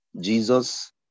Jesus